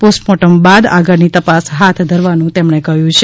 post mortem બાદ આગળ ની તપાસ હાથ ધરવાનું તેમણે કહ્યું છે